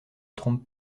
trompe